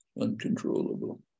uncontrollable